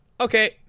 Okay